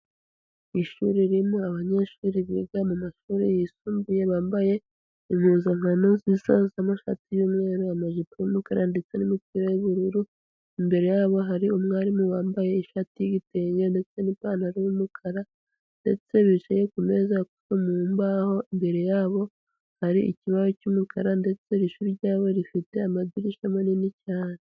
Ishuri ririmo abanyeshuri biga mu mashuri yisumbuye bambaye impuzankano zisa z'amashati y'umweru, amajipo y'umukara ndetse n'imipira y'ubururu, imbere yabo hari umwarimu wambaye ishati y'igitenge ndetse n'ipantaro y'umukara, ndetse bicaye ku meza yakozwe mu mbaho, imbere yabo hari ikibaho cy'umukara ndetse iri shuri ryabo rifite amadirishya manini cyane.